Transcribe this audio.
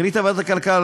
החליטה ועדת הכלכלה,